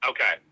Okay